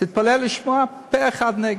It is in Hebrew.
תתפלא לשמוע: פה-אחד נגד.